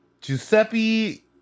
Giuseppe